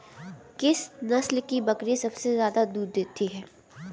किस नस्ल की बकरी सबसे ज्यादा दूध देती है?